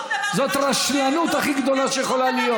זאת רשלנות הכי גדולה שיכולה להיות.